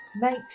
Make